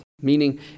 Meaning